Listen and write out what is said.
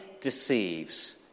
deceives